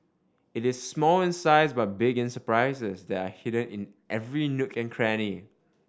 it is small in size but big in surprises that are hidden in every nook and cranny